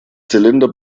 zylinder